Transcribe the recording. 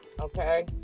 okay